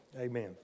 Amen